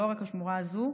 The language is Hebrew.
לא רק השמורה הזאת,